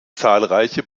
zahlreiche